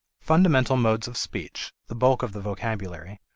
fundamental modes of speech, the bulk of the vocabulary,